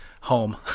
home